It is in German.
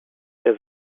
der